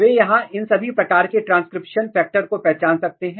वे यहां इन सभी प्रकार के ट्रांसक्रिप्शन कारक को पहचान सकते हैं